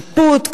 שיפוט,